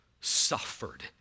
suffered